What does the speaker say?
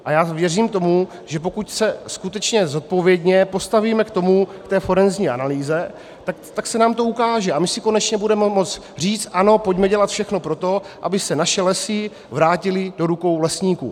A já věřím tomu, že pokud se skutečně zodpovědně postavíme k té forenzní analýze, tak se nám to ukáže a my si konečně budeme moci říct ano, pojďme dělat všechno pro to, aby se naše lesy vrátily do rukou lesníků.